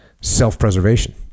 self-preservation